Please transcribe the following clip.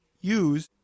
use